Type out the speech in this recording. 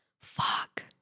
Fuck